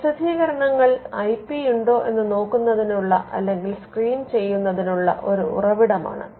പ്രസിദ്ധീകരണങ്ങൾ I P യുണ്ടോ എന്ന് നോക്കുന്നതിനുള്ള അല്ലെങ്കിൽ സ്ക്രീൻ ചെയ്യുന്നതിനുള്ള ഒരു ഉറവിടമാണ്